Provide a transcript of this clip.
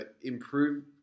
improve